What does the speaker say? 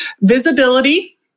Visibility